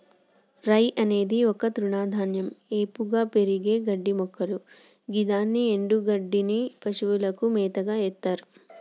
రై అనేది ఒక తృణధాన్యం ఏపుగా పెరిగే గడ్డిమొక్కలు గిదాని ఎన్డుగడ్డిని పశువులకు మేతగ ఎత్తర్